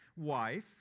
wife